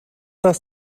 das